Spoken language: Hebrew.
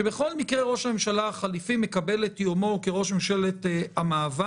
שבכל מקרה ראש הממשלה החליפי מקבל את יומו כראש ממשלת המעבר.